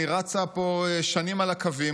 אני רצה פה שנים על הקווים,